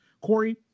Corey